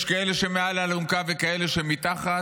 יש כאלה שמעל האלונקה וכאלה שמתחת,